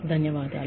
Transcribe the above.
ధన్యవాదాలు